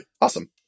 awesome